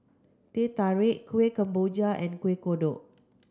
Teh Tarik Kueh Kemboja and Kueh Kodok